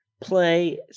Play